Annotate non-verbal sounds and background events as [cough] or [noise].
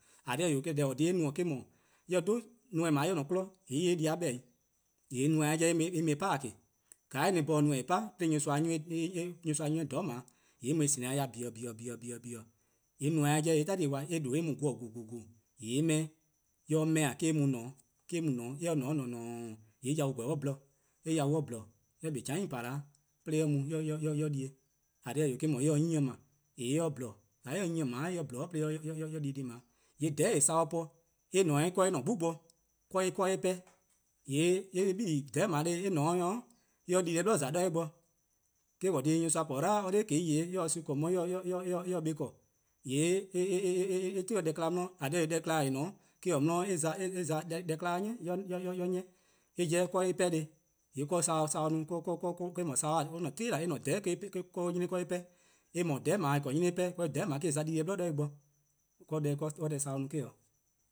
:Eh :korn dhih-eh 'wee', deh :eh :korn dhih en no-eh eh-: 'dhu, neme: :dao' :mor eh :ne 'kmo :yee' en se eh di 'beh-dih 'i, :yee' neme-a 'jeh [hesitation] eh mu eh pa-a :ke. :ka neme :ne-eh 'po 'de [hesitation] nyorsoa 'nyi-eh :dhororn' :dao' :yee' eh mu :dhehmeh'-dih :biin-dih :biin-dihihih:, :yee' neme-a 'jeh :dao' eh mu-eh-dih 'tali:, :yee' eh :due' eh mu :vorn vornorn: :yee' eh 'meh-'. :yee' :mor eh 'meh, :yee' 'do eh mu ne, eh mu ne, :mor eh :ne 'o :neeen: :yee' eh yau-a :korn on 'ye :bhlor, :mor eh yau :bhlor, eh 'kpa 'o :chea'en :pa 'da 'de eh mu [hesitation] eh di-eh. :eh :korn dhih-eh 'wee', eh se 'nyne 'ble, :yee' :mor eh :bhlor, eh 'nyne eh 'ble-a :mor en :bhlor 'de eh di deh :dao'. :yee' :dhororn'+ saworn-a po-a eh :ne 'o 'do eh-: gbu bo. [hesitation] 'de eh 'pehn, :yee' eh 'bili-dih, :dhoror'+ :dao' eh :ne 'weh eh 'ye dii-deh+ dha :za 'do eh bo. Eh-: :korn dhih nyorsoa po 'dlan or 'de :kwiei:-eh se son :korn, eh mor [hesitation] eh se buh 'ble, :yee' [hesitation] eh 'ti 'ti 'de deh-kpa 'di, 'de :kpa :dao 'di 'de eh [hesitation] deh-kpa'-a ni [hesitation] [hesitation] eh 'na. eh 'jeh 'de eh 'pehn"neheh', :yee' [hesitation] [hesitation] 'de wor no saworn-a 'ti da, eh-a' :dhororn' [hesitation] 'de eh 'nyne-' 'de eh 'pehn, eh :mor :dhororn'+ :dao':eh :korn-a 'de 'nyne bo eh 'pehn-a':dhororn'+ :dao' eh za dii-deh 'blo 'do eh bo, [hesitation] deh saworn-a no-a eh 'o.